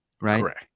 right